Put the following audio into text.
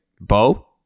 Bo